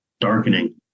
darkening